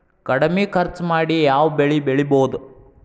ಕಡಮಿ ಖರ್ಚ ಮಾಡಿ ಯಾವ್ ಬೆಳಿ ಬೆಳಿಬೋದ್?